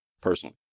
personally